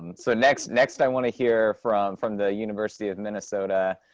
so next next i want to hear from from the university of minnesota.